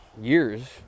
years